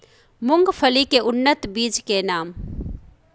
मूंगफली के उन्नत बीज के नाम?